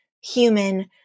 human